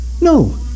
No